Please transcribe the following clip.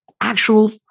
actual